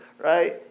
right